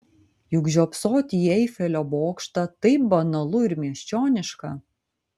juk žiopsoti į eifelio bokštą taip banalu ir miesčioniška